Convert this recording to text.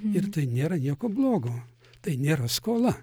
ir tai nėra nieko blogo tai nėra skola